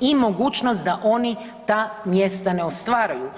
i mogućnost da oni ta mjesta ne ostvaruju.